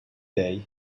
dei